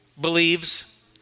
believes